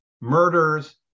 murders